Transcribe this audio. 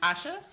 Asha